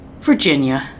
Virginia